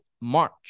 March